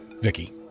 Vicky